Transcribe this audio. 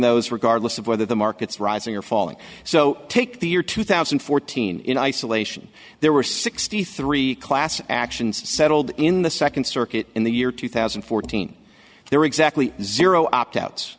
those regardless of whether the markets rising or falling so take the year two thousand and fourteen in isolation there were sixty three class actions settled in the second circuit in the year two thousand and fourteen there were exactly zero opt out